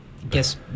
Guess